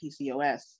PCOS